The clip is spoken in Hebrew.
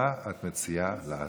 מה את מציעה לעשות?